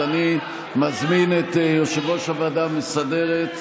אז אני מזמין את יושב-ראש הוועדה המסדרת,